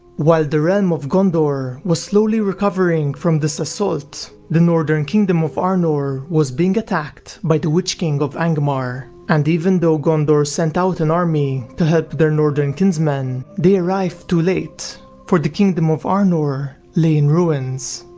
while the realm of gondor was slowly recovering from this assault, the northern kingdom of arnor was being attacked by the witch-king of angmar, and even though gondor sent out an army to help their northern kinsmen, they arrived too late for the kingdom of arnor lay in ruins.